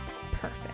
Perfect